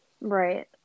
Right